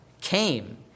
came